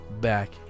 back